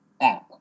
app